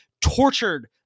tortured